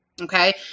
Okay